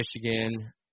Michigan